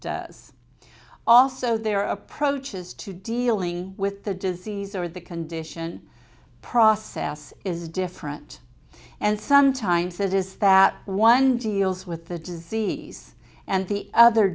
as also their approaches to dealing with the disease or the condition process is different and sometimes it is that one deals with the disease and the other